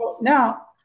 Now